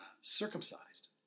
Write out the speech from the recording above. circumcised